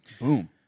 Boom